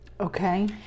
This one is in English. okay